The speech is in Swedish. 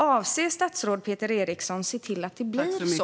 Avser statsrådet Peter Eriksson att se till att det blir så?